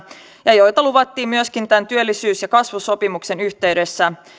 ja joita luvattiin myöskin tämän työllisyys ja kasvusopimuksen yhteydessä